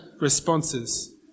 responses